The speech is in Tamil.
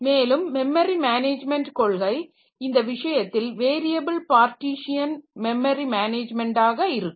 மேலும் மெமரி மேனேஜ்மென்ட் கொள்கை இந்த விஷயத்தில் வேரியபில் பார்ட்டீஷியன் மெமரி மேனேஜ்மென்ட்டாக ஆக இருக்கும்